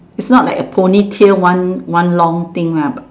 is not like a Pony tail one one long thing lah